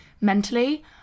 mentally